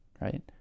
right